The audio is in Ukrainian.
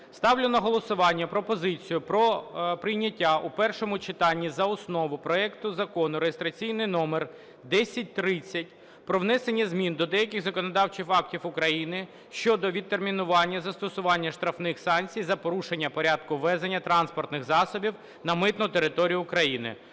Ставлю на голосування пропозицію про прийняття у першому читанні за основу проекту Закону (реєстраційний номер 1030) про внесення змін до деяких законодавчих актів України щодо відтермінування застосування штрафних санкцій за порушення порядку ввезення транспортних засобів на митну територію України.